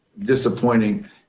disappointing